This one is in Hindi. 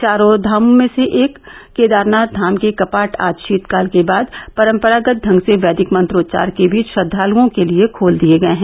चार धाम में से एक केदारनाथ धाम के कपाट आज शीतकाल के बाद परम्परागत ढंग से वैदिक मंत्रोंच्चार के बीच श्रद्वालुओं के लिए खोल दिये गये हैं